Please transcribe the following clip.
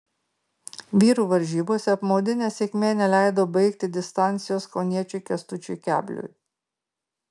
vyrų varžybose apmaudi nesėkmė neleido baigti distancijos kauniečiui kęstučiui kebliui